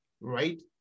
right